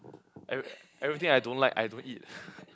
every~ everything I don't like I don't eat